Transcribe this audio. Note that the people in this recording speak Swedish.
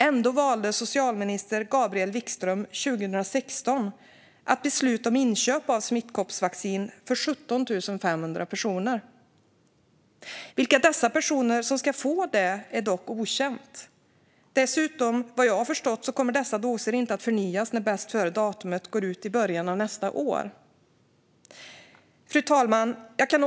Ändå valde socialminister Gabriel Wikström 2016 att besluta om inköp av smittkoppsvaccin för 17 500 personer. Vilka personer som ska få vaccin är dock okänt. Dessutom kommer vad jag har förstått dessa doser inte att förnyas när bästföredatumet går ut i början av nästa år. Fru talman!